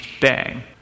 bang